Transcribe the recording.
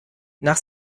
nach